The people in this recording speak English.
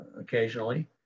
occasionally